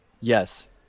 Yes